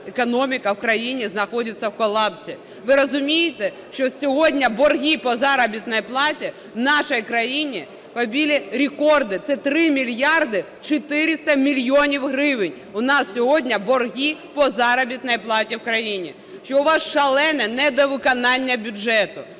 економіка в країні знаходиться в колапсі? Ви розумієте, що сьогодні борги по заробітній платі в нашій країні побили рекорди? Це 3 мільярди 400 мільйонів гривень у нас сьогодні борги по заробітній платі в країні, що у вас шалене недовиконання бюджету,